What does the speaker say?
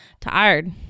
Tired